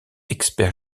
expert